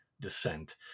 descent